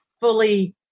fully